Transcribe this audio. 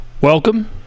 welcome